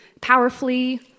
powerfully